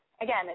again